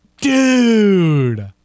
Dude